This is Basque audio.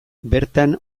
bertan